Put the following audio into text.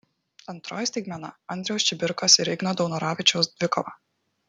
antroji staigmena andriaus čibirkos ir igno daunoravičiaus dvikova